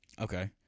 okay